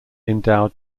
endowed